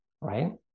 right